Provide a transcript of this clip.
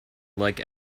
like